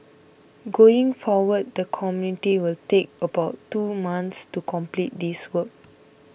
going forward the committee will take about two months to complete this work